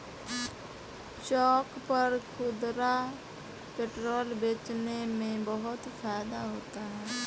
चौक पर खुदरा पेट्रोल बेचने में बहुत फायदा होता है